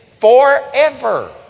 forever